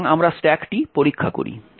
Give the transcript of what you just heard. সুতরাং আমরা স্ট্যাকটি পরীক্ষা করি